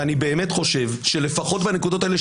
ואני באמת חושב שלפחות בנקודות האלה,